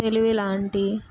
తెలివి లాంటి